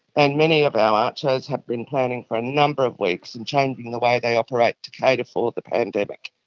and many of our acchos have been planning for a number of weeks and changing the way they operate to cater for the pandemic,